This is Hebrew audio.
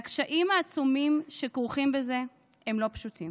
הקשיים העצומים שכרוכים בזה הם לא פשוטים.